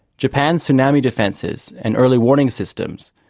japan's tsunami defences and early warning systems,